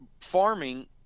farming